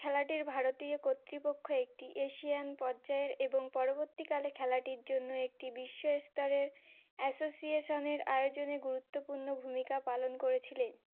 খেলাটির ভারতীয় কর্তৃপক্ষ একটি এশিয়ান পর্যায়য়েের এবং পরবর্তীকালে খেলাটির জন্য একটি বিশ্ব স্তরের অ্যাসোসিয়েশনের আয়োজনে গুরুত্বপূর্ণ ভূমিকা পালন করেছিলেন